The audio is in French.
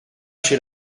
chez